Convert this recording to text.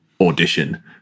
audition